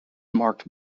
marked